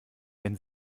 wenn